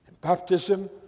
baptism